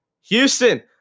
Houston